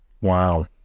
Wow